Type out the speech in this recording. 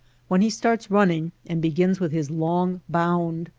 when he starts running and begins with his long bound,